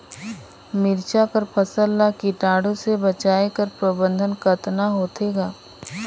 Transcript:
मिरचा कर फसल ला कीटाणु से बचाय कर प्रबंधन कतना होथे ग?